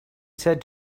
said